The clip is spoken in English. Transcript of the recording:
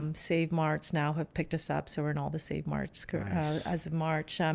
um saved marks now have picked us up so we're in all the saved marks as of march. um